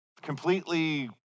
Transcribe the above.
completely